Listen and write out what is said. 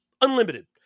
unlimited